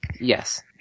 Yes